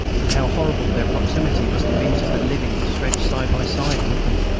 and how horrible their proximity must have been to the living stretched side by side with them!